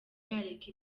yareka